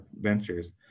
Ventures